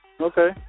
Okay